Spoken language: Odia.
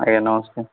ଆଜ୍ଞା ନମସ୍କାର